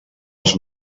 els